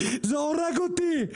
זה הורג אותי,